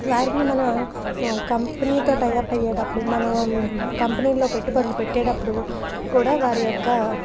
వారిని మనం కంపెనీతో టైఅప్ అయ్యేటప్పుడు మనం కంపెనీలో పెట్టుబడులు పెట్టేటప్పుడు కూడా వారి యొక్క